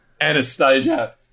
Anastasia